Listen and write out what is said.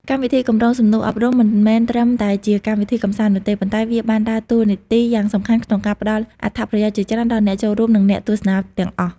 កម្មវិធីកម្រងសំណួរអប់រំមិនមែនត្រឹមតែជាកម្មវិធីកម្សាន្តនោះទេ ប៉ុន្តែវាបានដើរតួនាទីយ៉ាងសំខាន់ក្នុងការផ្ដល់អត្ថប្រយោជន៍ជាច្រើនដល់អ្នកចូលរួម និងអ្នកទស្សនាទាំងអស់។